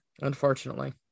unfortunately